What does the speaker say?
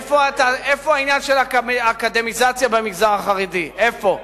איפה העניין של האקדמיזציה במגזר החרדי, איפה?